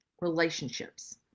relationships